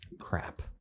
crap